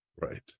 Right